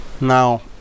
now